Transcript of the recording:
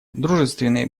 дружественные